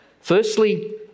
Firstly